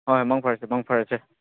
ꯍꯣꯏ ꯃꯪ ꯐꯔꯁꯦ ꯃꯪ ꯐꯔꯁꯦ